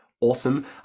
awesome